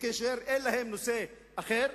וכאשר אין להם נושא אחר,